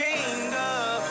Kingdom